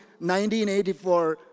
1984